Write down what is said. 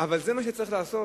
אבל זה מה שצריך לעשות?